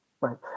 Right